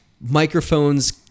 microphones